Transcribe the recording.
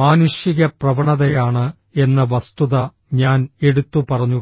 മാനുഷിക പ്രവണതയാണ് എന്ന വസ്തുത ഞാൻ എടുത്തുപറഞ്ഞു